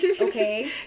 Okay